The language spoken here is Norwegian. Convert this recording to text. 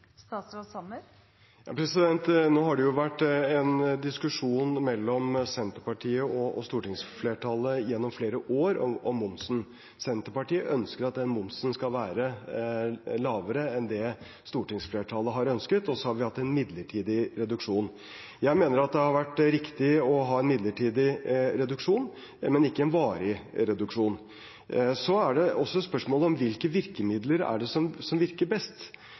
Det har vært en diskusjon mellom Senterpartiet og stortingsflertallet om momsen gjennom flere år. Senterpartiet ønsker at den momsen skal være lavere enn det stortingsflertallet har ønsket. Så har vi hatt en midlertidig reduksjon. Jeg mener at det har vært riktig å ha en midlertidig reduksjon, men ikke en varig reduksjon. Det er også et spørsmål om hvilke virkemidler det er som virker best.